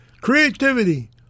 Creativity